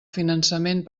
finançament